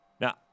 now